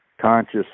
conscious